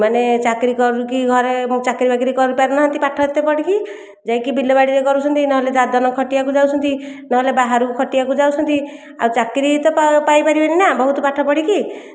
ମାନେ ଚାକିରି କରିକି ଘରେ ଚାକିରି ବାକିରୀ କରି ପାରୁନାହାନ୍ତି ପାଠ ଏତେ ପଢ଼ିକି ଯାଇକି ବିଲ ବାଡ଼ିରେ କରୁଛନ୍ତି ନହେଲେ ଦାଦନ ଖଟିବାକୁ ଯାଉଛନ୍ତି ନହେଲେ ବାହାରକୁ ଖଟିବାକୁ ଯାଉଛନ୍ତି ଆଉ ଚାକିରି ତ ପାଇ ପାରିବେନି ନା ବହୁତ ପାଠ ପଢ଼ିକି